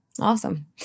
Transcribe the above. Awesome